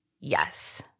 Yes